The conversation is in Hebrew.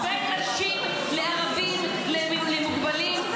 -- בין נשים לערבים למוגבלים.